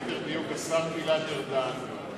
ליתר דיוק השר גלעד ארדן,